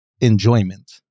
enjoyment